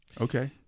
Okay